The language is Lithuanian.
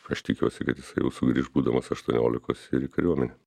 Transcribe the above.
aš tikiuosi kad jisai jau sugrįš būdamas aštuoniolikos ir į kariuomenę